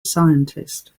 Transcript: scientist